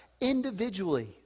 individually